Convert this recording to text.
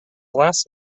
last